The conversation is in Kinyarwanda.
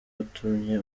watumye